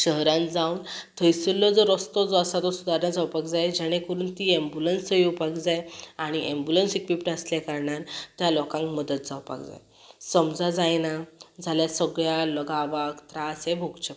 शहरान जावन थंयसरलो जो रस्तो जो आसा तो सुदारणा जावपाक जाय जाणे करून ती अँबुलन्स थंय येवपाक जाय आणी अँबुलन्स इक्वीपड आसल्या कारणान त्या लोकांक मदत जावपाक जाय समजा जायना जाल्यार सगळ्या गांवाक त्रास हे भोगचे पडटा